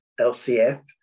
LCF